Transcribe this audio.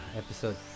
episode